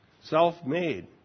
Self-made